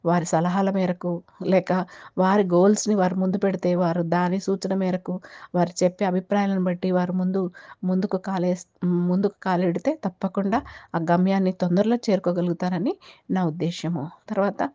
వారి సలహాల మేరకు లేక వారి గోల్స్ని వారి ముందు పెడితే వారు దాని సూచన మేరకు వారు చెప్పే అభిప్రాయాలను బట్టి వారు ముందు ముందుకు కాలే ముందుకు కాలు పెడితే తప్పకుండా ఆ గమ్యాన్ని తొందరలో చేరుకోగలుగుతారని నా ఉద్దేశము తరువాత